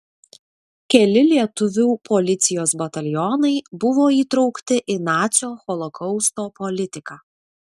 keli lietuvių policijos batalionai buvo įtraukti į nacių holokausto politiką